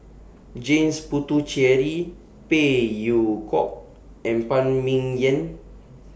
James Puthucheary Phey Yew Kok and Phan Ming Yen